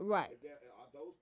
Right